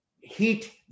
heat